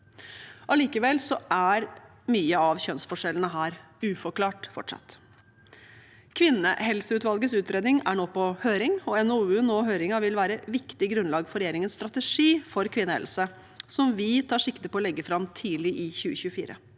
Allikevel er mange av kjønnsforskjellene her fortsatt uforklart. Kvinnehelseutvalgets utredning er nå på høring. NOU-en og høringen vil være viktige grunnlag for regjeringens strategi for kvinnehelse, som vi tar sikte på å legge fram tidlig i 2024.